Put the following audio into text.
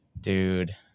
dude